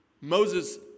Moses